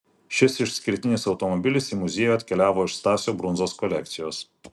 šis išskirtinis automobilis į muziejų atkeliavo iš stasio brundzos kolekcijos